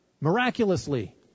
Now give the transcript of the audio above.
Miraculously